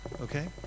Okay